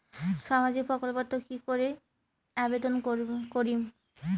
সামাজিক প্রকল্পত কি করি আবেদন করিম?